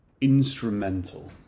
instrumental